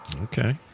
Okay